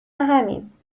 همیم